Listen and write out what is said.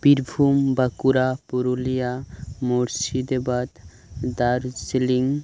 Birbhum Bankura Purulia Murshidabad Darjeeling